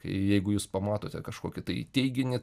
jeigu jūs pamatote kažkokį tai teiginį